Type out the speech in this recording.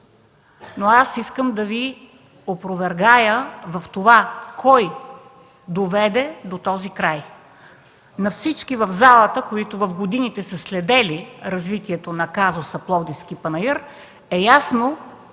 панаир. Искам да Ви опровергая в това кой го доведе до този край. На всички в залата, които в годините са следили развитието на казуса „Пловдивски панаир” е ясно,